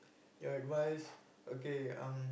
your advice okay um